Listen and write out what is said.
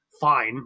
fine